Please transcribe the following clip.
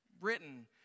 written